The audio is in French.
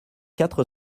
quatre